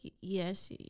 yes